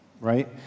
right